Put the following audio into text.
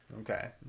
Okay